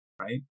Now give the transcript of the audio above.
right